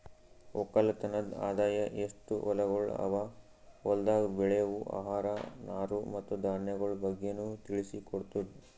ಒಕ್ಕಲತನದ್ ಆದಾಯ, ಎಸ್ಟು ಹೊಲಗೊಳ್ ಅವಾ, ಹೊಲ್ದಾಗ್ ಬೆಳೆವು ಆಹಾರ, ನಾರು ಮತ್ತ ಧಾನ್ಯಗೊಳ್ ಬಗ್ಗೆನು ತಿಳಿಸಿ ಕೊಡ್ತುದ್